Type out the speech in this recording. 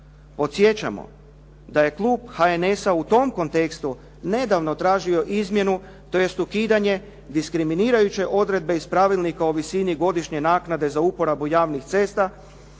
Podsjećamo da je klub HNS-a u tom kontekstu nedavno tražio izmjenu, tj. ukidanje diskriminirajuće odredbe iz Pravilnika o visini godišnje naknade za uporabu javnih cesta